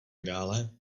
dále